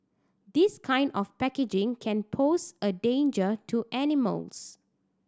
this kind of packaging can pose a danger to animals